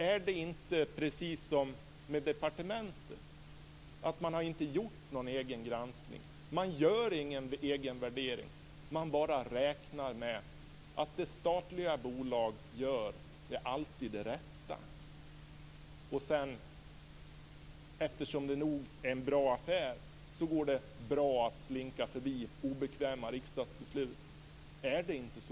Är det inte som med departementet - att man inte har gjort någon egen granskning? Man gör ingen egen värdering, utan man räknar bara med att vad statliga bolag gör alltid är det rätta. Eftersom det nog är en bra affär går det bra att slinka förbi obekväma riksdagsbeslut. Är det inte så,